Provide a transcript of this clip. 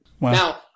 Now